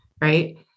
right